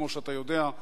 כמו שאתה יודע,